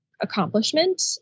accomplishment